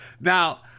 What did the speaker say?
now